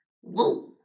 whoa